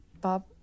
Bob